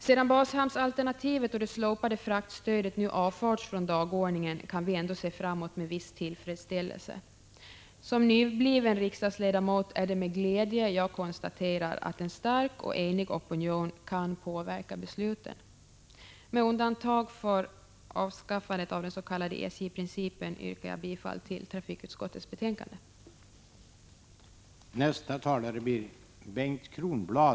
Sedan bashamnsalternativet och det slopade fraktstödet nu avförts från dagordningen kan vi se framåt med viss tillfredsställelse. Som nybliven riksdagsledamot är det med glädje som jag konstaterar att en stark och enig opinion kan påverka besluten. Med undantag av avskaffandet av den s.k. SJ-principen yrkar jag bifall till trafikutskottets hemställan i detta betänkande.